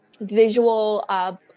visual